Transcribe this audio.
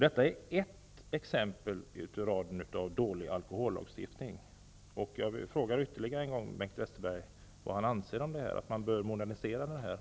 Detta är ett exempel i raden på dålig alkohollagstiftning. Jag frågar ytterligare en gång Bengt Westerberg om han anser att man bör modernisera lagstiftningen.